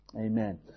Amen